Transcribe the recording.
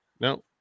No